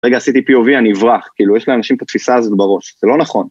רגע, עשיתי POV, אני אברח, כאילו, יש לאנשים את התפיסה הזאת בראש, זה לא נכון.